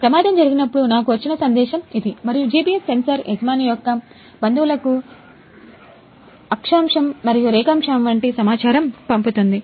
ప్రమాదం జరిగినప్పుడు నాకు వచ్చిన సందేశం ఇది మరియు GPS సెన్సార్ యజమాని యొక్క బంధువులకు అక్షాంశంవంటి సమాచారం పంపుతుంది